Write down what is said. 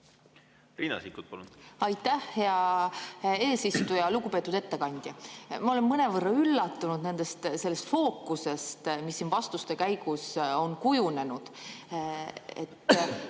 Riina Sikkut, palun! Aitäh, hea eesistuja! Lugupeetud ettekandja! Ma olen mõnevõrra üllatunud sellest fookusest, mis siin vastuste käigus on kujunenud.